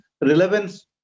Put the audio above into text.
relevance